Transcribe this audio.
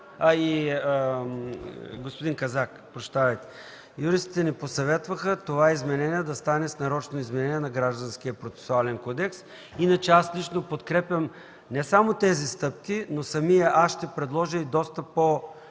и колегата Казак – юристите ни посъветваха това изменение да стане с нарочно изменение на Гражданския процесуален кодекс. Иначе аз лично подкрепям не само тези стъпки, но и самият аз ще предложа и доста по-широк